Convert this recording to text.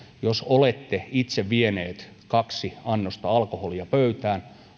jos olemme itse vieneet kaksi annosta alkoholia pöytään